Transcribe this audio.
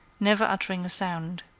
never uttering a sound.